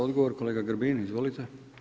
Odgovor kolega Grbin, izvolite.